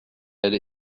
allé